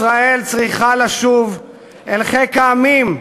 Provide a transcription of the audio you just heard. ישראל צריכה לשוב אל חיק העמים,